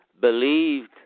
believed